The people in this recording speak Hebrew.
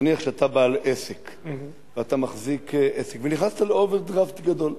נניח שאתה בעל עסק ונכנסת לאוברדרפט גדול.